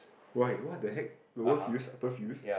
why what the heck lower fields upper fields